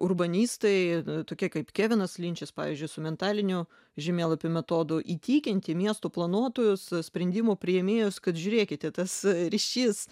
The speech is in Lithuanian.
urbanistai tokie kaip kevinas linčas pavyzdžiui su mentaliniu žemėlapio metodu įtikinti miestų planuotojus sprendimų priėmėjus kad žiūrėkite tas ryšys